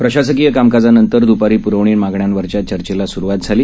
प्रशासकीयकामकाजानंतरद्रपारीप्रवणीमागण्यांवरच्याचर्चेलास्रुवातझाली